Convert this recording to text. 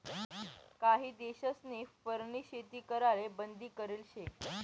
काही देशस्नी फरनी शेती कराले बंदी करेल शे